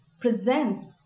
presents